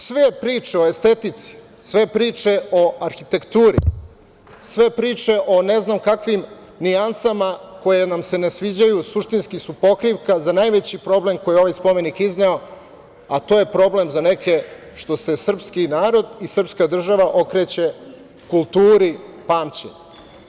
Sve priče o estetici, sve priče o arhitekturi, sve priče o ne znam kakvim nijansama koje nam se ne sviđaju suštinski su pokrivka za najveći problem koji ovaj spomenik izneo, a to je problem za neke što se srpski narod i srpska država okreće kulturi pamćenja.